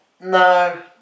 No